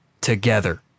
together